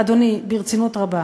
אדוני, ברצינות רבה,